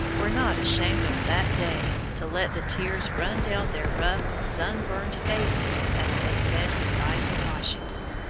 were not ashamed on that day, to let the tears run down their rough sun-burned faces as they said goodby to washington.